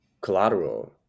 collateral